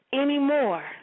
anymore